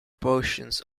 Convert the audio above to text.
portions